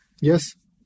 Yes